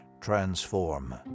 transform